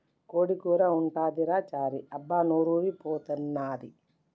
కోడి కూర ఉంటదిరా చారీ అబ్బా నోరూరి పోతన్నాది